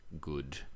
good